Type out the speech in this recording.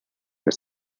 your